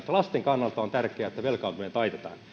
lasten kannalta on tärkeää että velkaantuminen taitetaan